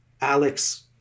Alex